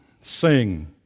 sing